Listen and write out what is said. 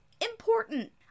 important